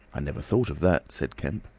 i never thought of that, said kemp.